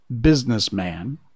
businessman